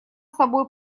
собой